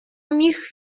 міх